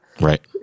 right